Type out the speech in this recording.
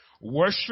worship